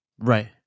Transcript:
Right